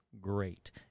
great